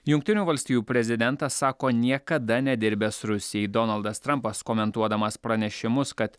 jungtinių valstijų prezidentas sako niekada nedirbęs rusijai donaldas trampas komentuodamas pranešimus kad